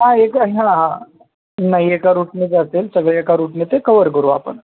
हां एका ह्या नाही एका रूटने जातील सगळे एका रूटने ते कवर करू आपण